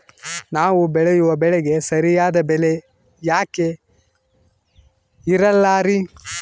ನಾವು ಬೆಳೆಯುವ ಬೆಳೆಗೆ ಸರಿಯಾದ ಬೆಲೆ ಯಾಕೆ ಇರಲ್ಲಾರಿ?